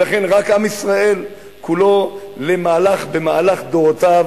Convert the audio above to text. ולכן רק עם ישראל כולו במהלך דורותיו,